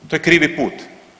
To je krivi put.